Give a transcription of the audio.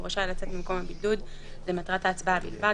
והוא רשאי לצאת ממקום הבידוד למטרת ההצבעה בלבד,